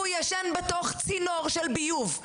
שהוא ישן בתור צינור ביוב.